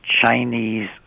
Chinese